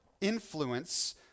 influence